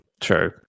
True